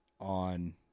on